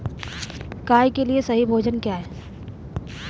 गाय के लिए सही भोजन क्या है?